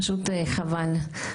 פשוט חבל.